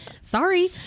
sorry